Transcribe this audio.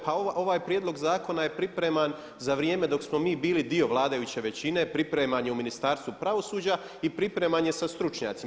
Pa ovaj prijedlog zakona je pripreman za vrijeme dok smo mi bili dio vladajuće većine, pripreman je u Ministarstvu pravosuđa i pripreman je sa stručnjacima.